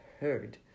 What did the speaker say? heard